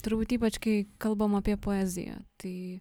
turbūt ypač kai kalbama apie poeziją tai